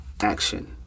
action